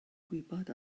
gwybod